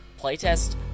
playtest